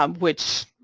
um which,